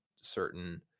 certain